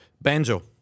Banjo